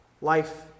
Life